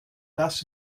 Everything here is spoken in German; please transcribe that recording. das